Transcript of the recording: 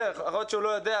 בסדר, יכול להיות שהוא לא יודע.